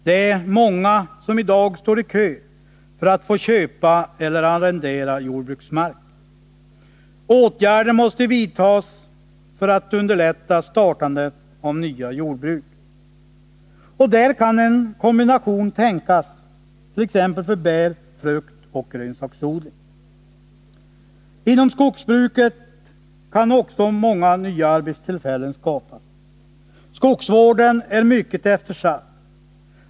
Det är många som i dag står i kö för att få köpa eller arrendera jordbruksmark. Åtgärder måste vidtas för att underlätta startandet av nya jordbruk. Där kan en kombination tänkas, t.ex. för bär-, fruktoch grönsaksodling. Inom skogsbruket kan många nya arbetstillfällen skapas. Skogsvården är mycket eftersatt.